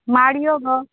माडियो गो